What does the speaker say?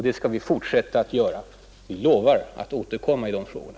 Det skall vi fortsätta att göra. Vi lovar att återkomma i de frågorna.